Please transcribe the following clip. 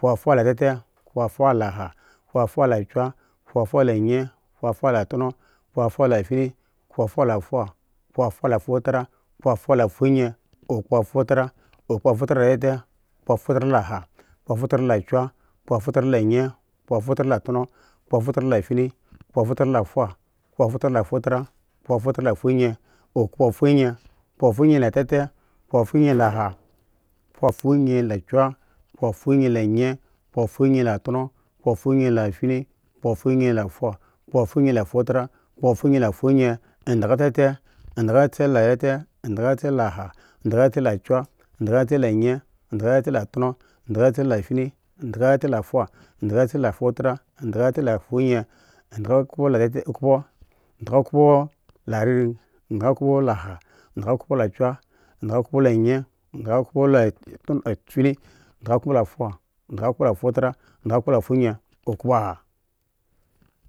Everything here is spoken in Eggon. Okpo faha la tete okpo foha la aha okpo foha la kya okpo foha la anyen okpo foha la tono okpo foha la fyen okpo foha la tono okpo foha la fotara okpo foha la fogen okpo fotara okpo fotara la tete okpo fotara la aha okpo fotara la kya okpo fotara la anyen okpo fotara la tono okpo fotara la fyen okpo fotara is foyen okpo foyen okpo foyen la tet okpo foyen is aha okpo fogen la kya okpo foyen is anyen okpo foyen la tono okpo foyen is fyen okpo foyen la foha okpo foyen andaga tete angada la tete angada la aha angada la kya angada la aha angada lakya angada la anyen angada la tono angada la fyen angada la foha angada la fyen angada la foha angada la fofara angada la foyen angada la okpo angada laoko la tee angada la okpo la ah angada la okpo la kya angada la okpo la anyen angada la okpo la tono angada la okpo la fyen angada la okpo la foho angada la okpo la fotum angada la okpo la foyen angada la okpo la aha.